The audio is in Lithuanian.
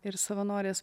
ir savanorės